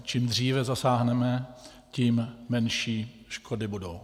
Čím dříve zasáhneme, tím menší škody budou.